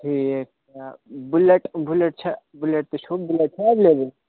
ٹھیٖک یا bullet bullet چھےٚ بُلٮ۪ٹ تہِ چھو بُلٮ۪ٹ چھےٚ اٮ۪ولیبٕل